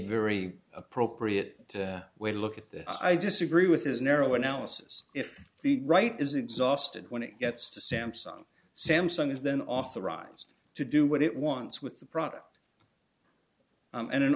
very appropriate way to look at this i disagree with his narrow analysis if the right is exhausted when it gets to samsung samsung is then authorized to do what it wants with the product and an